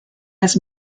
has